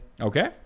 Okay